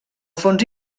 fons